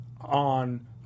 on